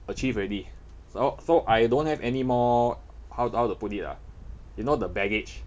achieve already so so I don't have anymore how how to put it ah you know the baggage